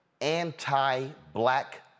anti-black